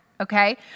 Okay